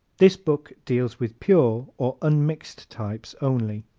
this book deals with pure or unmixed types only.